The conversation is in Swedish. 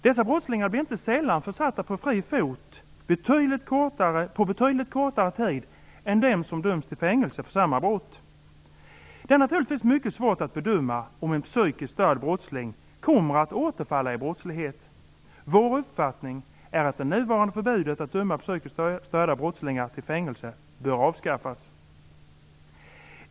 Dessa brottslingar blir inte sällan försatta på fri fot efter betydligt kortare tid än dem som döms till fängelse för samma brott. Det är naturligtvis mycket svårt att bedöma om en psykiskt störd brottsling kommer att återfalla i brottslighet. Vår uppfattning är att det nuvarande förbudet att döma psykiskt störda brottslingar till fängelse bör avskaffas.